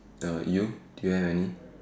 oh you do you have any